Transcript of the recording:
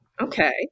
Okay